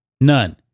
None